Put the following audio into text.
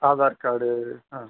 Aadhaar card ஆ